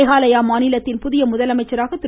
மேகாலயா மாநிலத்தின் புதிய முதலமைச்சராக திரு